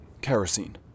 Kerosene